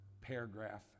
paragraph